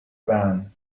van